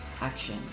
action